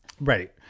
Right